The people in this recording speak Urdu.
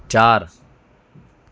چار